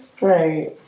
Right